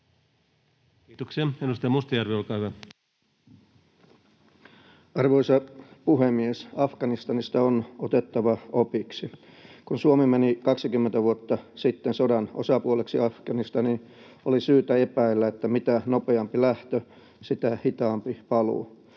Arvoisa puhemies! Afganistanista on otettava opiksi. Kun Suomi meni 20 vuotta sitten sodan osapuoleksi Afganistaniin, oli syytä epäillä, että mitä nopeampi lähtö, sitä hitaampi paluu.